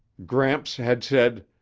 gramps had said,